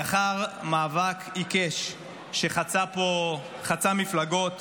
לאחר מאבק עיקש שחצה פה מפלגות